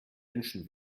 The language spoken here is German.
wünschen